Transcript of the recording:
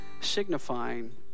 signifying